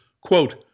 quote